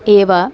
एव